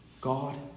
God